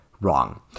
wrong